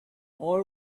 all